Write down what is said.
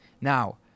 Now